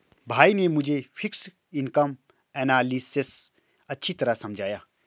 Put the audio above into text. भाई ने मुझे फिक्स्ड इनकम एनालिसिस अच्छी तरह समझाया